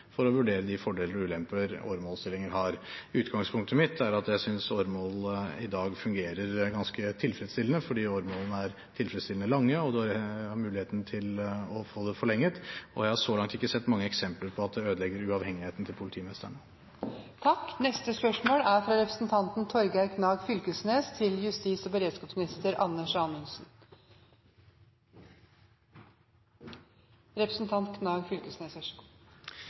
for å vurdere de fordeler og ulemper åremålsstillinger har. Utgangspunktet mitt er at jeg synes åremål i dag fungerer ganske tilfredsstillende, fordi åremålene er tilfredsstillende lange, og en har mulighet til å få det forlenget. Jeg har så langt ikke sett mange eksempler på at det ødelegger uavhengigheten til